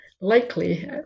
likely